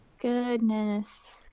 Goodness